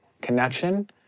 connection